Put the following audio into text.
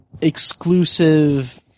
exclusive